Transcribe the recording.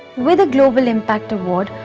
with a global impact award,